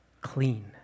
clean